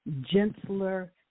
gentler